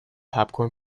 popcorn